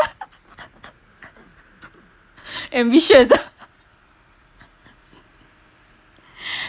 ambitious